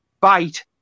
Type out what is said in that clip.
bite